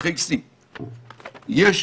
בשטחי C. יש